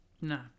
no